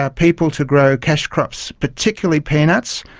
ah people to grow cash crops, particularly peanuts,